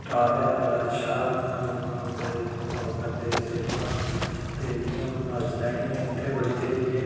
staff ऐ बड़ा अच्छा बड़े ओह् करदे सेवा ते जियां ओह् चनैनी ऐ उत्थै बी स्हेई ऐ